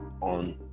on